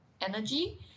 Energy